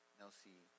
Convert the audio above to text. nelsie